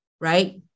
Right